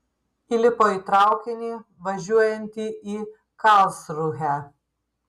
įlipo į traukinį važiuojantį į karlsrūhę